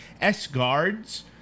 S-Guard's